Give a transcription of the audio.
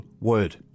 word